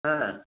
हा